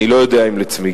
אני לא יודע אם לצמיגים.